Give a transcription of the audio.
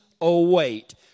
await